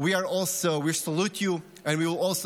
we also salute you and we will also